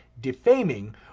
defaming